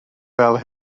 fel